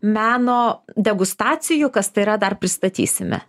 meno degustacijų kas tai yra dar pristatysime